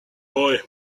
boy